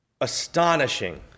astonishing